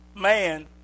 man